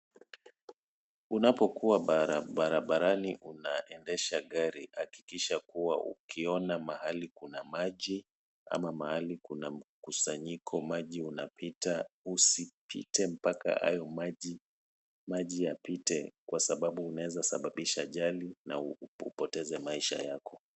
Unapokuwa barabarani unaendesha gari hakikisha kuwa ukiona mahali kuna maji ama mahali kuna mkusanyiko maji unapita usipite mpaka hayo maji yapite kwa sababu unaeza sababisha ajali na upoteze maisha yako.